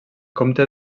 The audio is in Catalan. comte